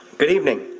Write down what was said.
good evening.